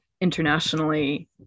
internationally